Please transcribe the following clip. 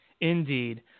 indeed